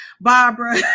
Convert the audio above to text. Barbara